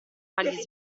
fargli